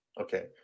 Okay